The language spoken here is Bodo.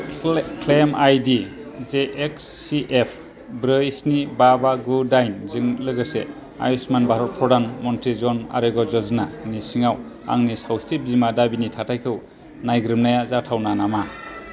क्लेम आइडि जेएक्ससिएफ ब्रै स्नि बा बा गु दाइन जों लोगोसे आयुश्मान भारत प्रधान मन्त्रि जन आरग्य' योजनानि सिङाव आंनि सावस्रि बीमा दाबिनि थाथायखौ नायग्रोमनाया जाथावना नामा